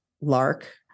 Lark